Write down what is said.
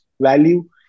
value